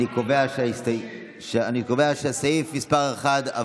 אני קובע שסעיף מס' 1,